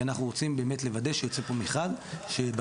כי אנחנו רוצים באמת לוודא שיוצא פה מכרז שבהמשך